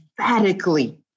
emphatically